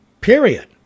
Period